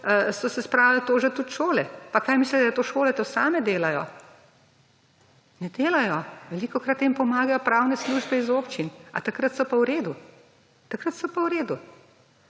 so se spravili tožiti tudi šole pa kaj mislite, da šole to same delajo? Ne delajo. Velikokrat jim pomagajo pravne službe iz občin. A takrat so pa v redu, takrat so pa v redu?